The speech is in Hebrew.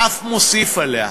ואף מוסיף עליה.